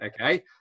okay